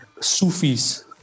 Sufis